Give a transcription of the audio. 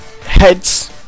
Heads